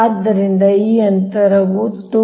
ಆದ್ದರಿಂದ ಈ ಅಂತರವು 2